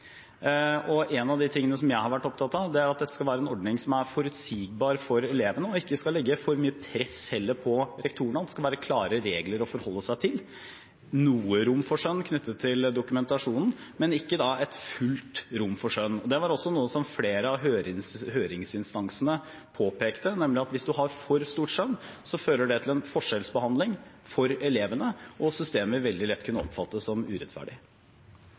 En av de tingene jeg har vært opptatt av, er at dette skal være en ordning som er forutsigbar for elevene, og som heller ikke skal legge for mye press på rektorene. Det skal være klare regler å forholde seg til – noe rom for skjønn knyttet til dokumentasjonen, men ikke fullt rom for skjønn. Dette var noe som flere av høringsinstansene påpekte, nemlig at hvis man har for stort skjønn, fører det til en forskjellsbehandling for elevene, og systemet vil veldig lett kunne oppfattes som urettferdig.